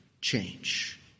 change